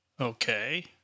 Okay